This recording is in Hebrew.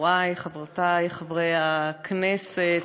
חברי וחברותי חברי הכנסת,